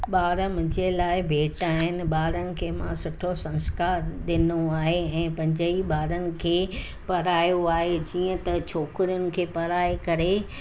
ॿार मुंहिंजे लाइ भेट आहिनि ॿारनि खे मां सुठो संस्कार ॾिनो आहे ऐं पंजई ॿारनि खे पढ़ायो आहे जीअं त छोकिरिनि खे पढ़ाए करे